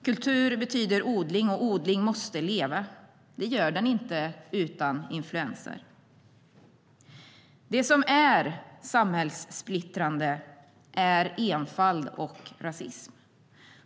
Kultur betyder odling, och odling måste leva. Det gör den inte utan influenser. Det som är samhällssplittrande är enfald och rasism.